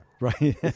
right